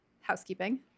housekeeping